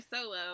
solo